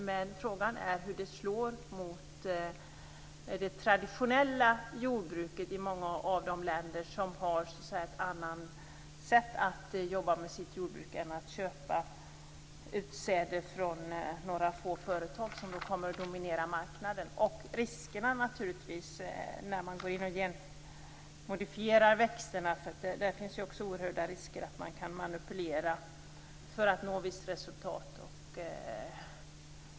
Men frågan är hur det slår mot det traditionella jordbruket i många av de länder som har ett annat sätt att jobba med sitt jordbruk på än att köpa utsäde från några få företag som kommer att dominera marknaden. Naturligtvis finns det också oerhörda risker när man går in och genmodifierar växterna. Det finns oerhörda risker med att man kan manipulera för att nå visst resultat.